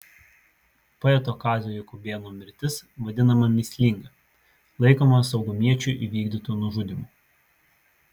poeto kazio jakubėno mirtis vadinama mįslinga laikoma saugumiečių įvykdytu nužudymu